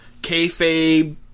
kayfabe